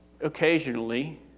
occasionally